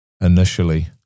initially